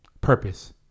Purpose